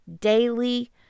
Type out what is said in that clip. daily